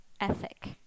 ethic